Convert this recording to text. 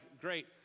great